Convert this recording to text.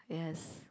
yes